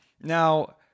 now